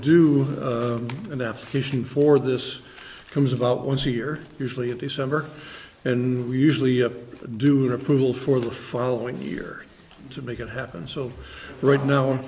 do an application for this comes about once a year usually in december and we usually do her approval for the following year to make it happen so right now